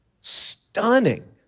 stunning